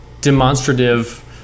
demonstrative